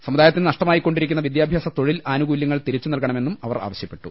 സമുദാ യത്തിന് നഷ്ടമായിക്കൊണ്ടിരിക്കുന്ന വിദ്യാഭ്യാസ തൊഴിൽ ആനുകൂല്യ ങ്ങൾ തിരിച്ചുനൽകണമെന്നും അവർ ആവശ്യപ്പെട്ടു